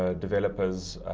ah developers,